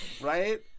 right